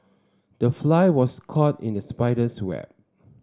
the fly was caught in the spider's web